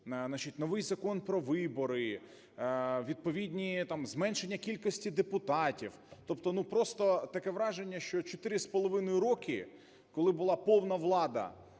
новий закон про вибори, відповідні там… зменшення кількості депутатів. Тобто, ну, просто таке враження, що 4,5 роки, коли була повна влада